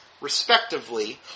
respectively